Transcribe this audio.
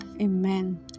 Amen